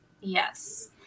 Yes